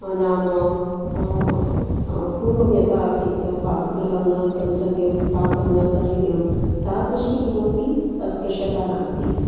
नाम पूर्वं यथा आसीत् पाकगृहं न गन्तव्यं पाकं न करणीयं तादृशी किमपि अस्पृशता नास्ति